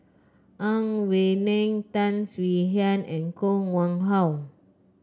Ang Wei Neng Tan Swie Hian and Koh Nguang How